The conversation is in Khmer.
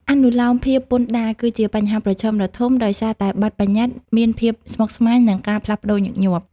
អនុលោមភាពពន្ធដារគឺជាបញ្ហាប្រឈមដ៏ធំ ដោយសារតែបទប្បញ្ញត្តិមានភាពស្មុគស្មាញ និងការផ្លាស់ប្តូរញឹកញាប់។